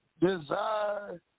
desire